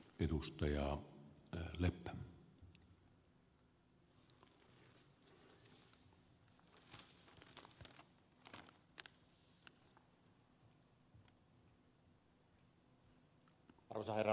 arvoisa herra puhemies